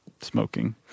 smoking